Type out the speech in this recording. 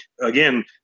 Again